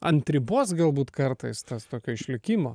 ant ribos galbūt kartais tas tokio išlikimo